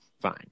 Fine